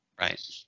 Right